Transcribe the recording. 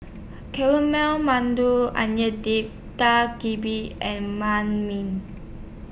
Onion Dip Dak and MI